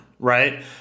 right